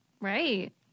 Right